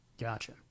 Gotcha